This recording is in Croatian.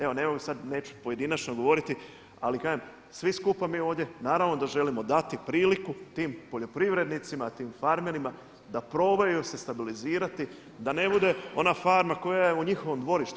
Evo neću sad pojedinačno govoriti, ali kažem svi skupa mi ovdje naravno da želimo dati priliku tim poljoprivrednicima, tim farmerima da probaju se stabilizirati, da ne bude ona farma koja je u njihovom dvorištu.